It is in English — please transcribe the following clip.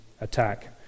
attack